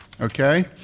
Okay